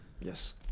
Yes